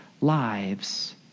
lives